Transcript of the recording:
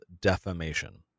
defamation